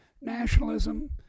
nationalism